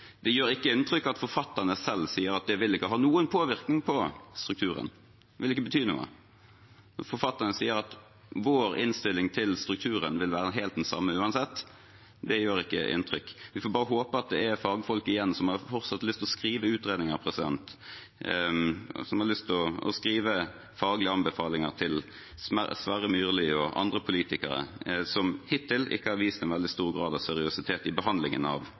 Det gjør ikke inntrykk at forfatterne selv sier at det ikke vil ha noen påvirkning på strukturen, at det ikke vil bety noe. Forfatterne sier at deres innstilling til strukturen vil være helt den samme uansett. Det gjør ikke inntrykk. Vi får bare håpe at det er fagfolk igjen som fortsatt har lyst til å skrive faglige anbefalinger til Sverre Myrli og andre politikere som hittil ikke har vist veldig stor grad av seriøsitet i behandlingen av